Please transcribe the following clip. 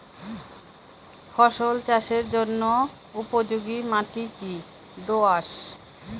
ফসল চাষের জন্য উপযোগি মাটি কী দোআঁশ?